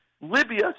Libya